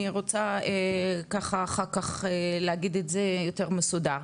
אני רוצה ככה אחר כך להגיד את זה יותר מסודר.